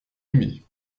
aimé